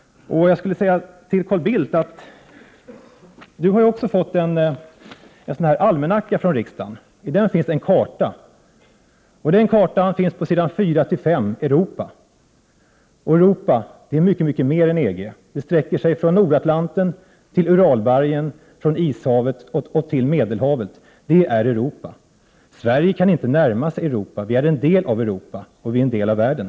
Carl Bildt har också fått en almanacka från riksdagen. I den finns en karta. På s. 4 och 5 finns kartan över Europa. Europa är mycket mer än EG. Det sträcker sig från Nordatlanten till Uralbergen, från Ishavet till Medelhavet. Det är Europa! Sverige kan inte närma sig Europa! Vi är en del av Europa och vi är en del av världen.